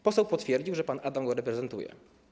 Poseł potwierdził, że pan Adam go reprezentuje.